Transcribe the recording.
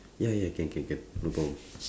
ya ya can can can no problem